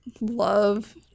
love